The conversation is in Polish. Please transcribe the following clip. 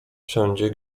wszędzie